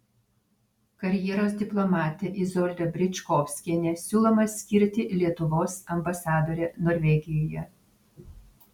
karjeros diplomatę izoldą bričkovskienę siūloma skirti lietuvos ambasadore norvegijoje